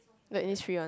the Innisfree one